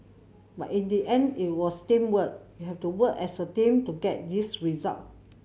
but in the end it was teamwork you have to work as a team to get this result